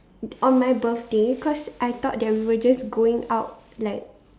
on my birthday cause I thought that we were just going out like